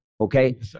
Okay